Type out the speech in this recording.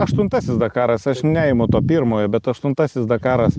aštuntasis dakaras aš neimu to pirmojo bet aštuntasis dakaras